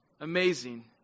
amazing